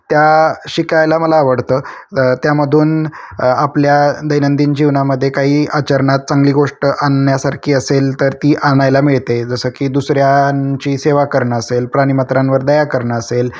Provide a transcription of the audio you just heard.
त्या शिकायला मला आवडतं त्यामधून आपल्या दैनंदिन जीवनामध्ये काही आचरणात चांगली गोष्ट आणण्यासारखी असेल तर ती आणायला मिळते जसं की दुसऱ्यांची सेवा करणं असेल प्राणीमात्रांवर दया करणं असेल